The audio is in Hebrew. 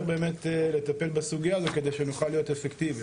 באמת לטפל בסוגיה הזאת כדי שנוכל להיות אפקטיביים,